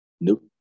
Nope